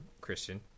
Christian